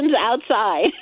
outside